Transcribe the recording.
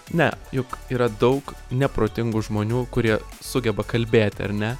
ne juk yra daug neprotingų žmonių kurie sugeba kalbėti ar ne